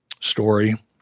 story